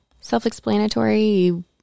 self-explanatory